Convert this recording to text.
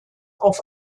auf